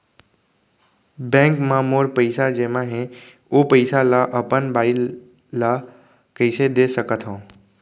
Bank म मोर पइसा जेमा हे, ओ पइसा ला अपन बाई ला कइसे दे सकत हव?